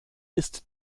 ist